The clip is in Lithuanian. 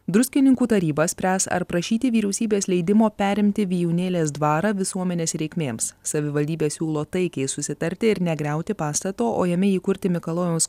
druskininkų taryba spręs ar prašyti vyriausybės leidimo perimti vijūnėlės dvarą visuomenės reikmėms savivaldybė siūlo taikiai susitarti ir negriauti pastato o jame įkurti mikalojaus